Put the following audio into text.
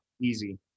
easy